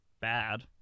bad